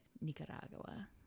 nicaragua